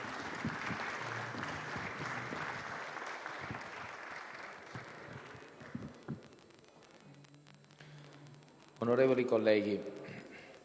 Grazie